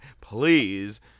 Please